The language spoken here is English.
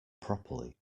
properly